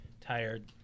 Tired